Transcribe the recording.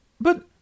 But